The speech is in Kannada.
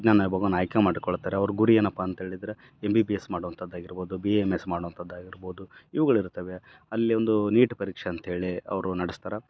ವಿಜ್ಞಾನ ವಿಭಾಗವನ್ನ ಆಯ್ಕೆ ಮಾಡಿಕೊಳ್ತಾರೆ ಅವ್ರ ಗುರಿ ಏನಪ್ಪ ಅಂತ ಹೇಳಿದ್ರೆ ಎಮ್ ಬಿ ಬಿ ಎಸ್ ಮಾಡುವಂಥದ್ದು ಆಗಿರ್ಬೌದು ಬಿ ಎಮ್ ಎಸ್ ಮಾಡುವಂಥದ್ದು ಆಗಿರ್ಬೌದು ಇವುಗಳು ಇರ್ತವೆ ಅಲ್ಲೇ ಒಂದು ನೀಟ್ ಪರೀಕ್ಷೆ ಅಂತ್ಹೇಳಿ ಅವರು ನಡೆಸ್ತಾರೆ